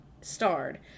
starred